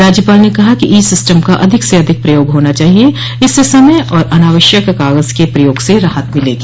राज्यपाल ने कहा कि ई सिस्टम का अधिक से अधिक प्रयोग होना चाहिए इससे समय और अनावश्यक कागज के प्रयोग से राहत मिलेगी